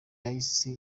yahise